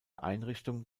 einrichtung